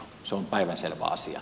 se on päivänselvä asia